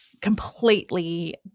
completely